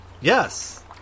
Yes